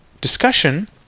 discussion